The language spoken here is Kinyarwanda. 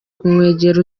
kumwegera